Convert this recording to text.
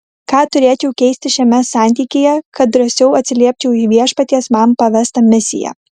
ką turėčiau keisti šiame santykyje kad drąsiau atsiliepčiau į viešpaties man pavestą misiją